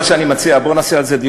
אני חושב שההצעה של השר נכונה.